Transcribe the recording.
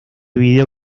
video